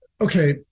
Okay